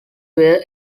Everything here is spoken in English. were